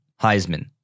Heisman